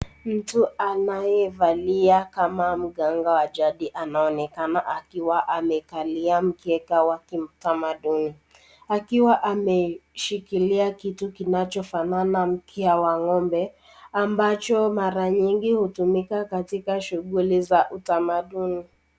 Mtu anayevalia kama mganga wa jadi anaonekana akiwa amekalia mkeka wa kitamaduni akiwa ameshikilia kitu kinachofanana mkia wa ng'ombe ambacho mara mingi hutumika katika shughuli za utamaduni,